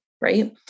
Right